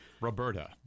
Roberta